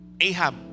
Ahab